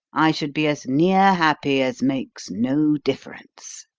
i should be as near happy as makes no difference.